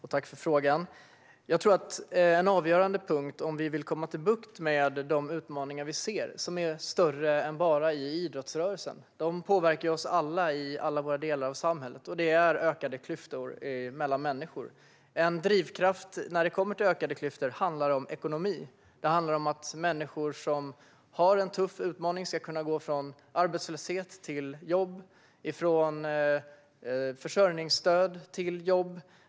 Herr talman! De utmaningar vi ser är större än bara inom idrottsrörelsen och påverkar oss alla i alla delar av samhället. Det handlar om de ökade klyftorna mellan människor, och det är avgörande att vi kommer till rätta med det. En drivkraft när det gäller de ökade klyftorna handlar om ekonomi. Det handlar om att människor som har en tuff utmaning ska kunna gå från arbetslöshet till jobb och från försörjningsstöd till jobb.